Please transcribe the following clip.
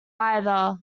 either